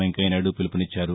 Venkaiah Naidu వీలువునిచ్చారు